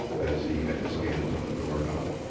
as he had his hand on the door knob.